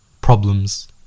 problems